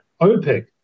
OPEC